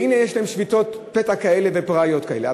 והנה יש להם שביתות פתע פראיות כאלה?